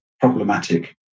problematic